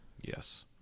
Yes